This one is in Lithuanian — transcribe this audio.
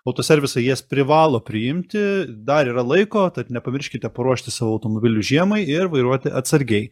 autoservisai jas privalo priimti dar yra laiko tad nepamirškite paruošti savo automobilius žiemai ir vairuoti atsargiai